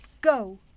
go